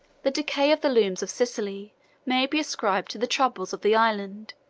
the decay of the looms of sicily may be ascribed to the troubles of the island,